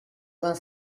vingt